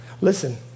Listen